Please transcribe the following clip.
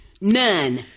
None